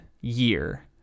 year